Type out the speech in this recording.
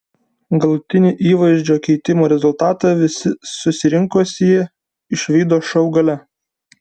galutinį įvaizdžio keitimo rezultatą visi susirinkusieji išvydo šou gale